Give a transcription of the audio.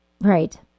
Right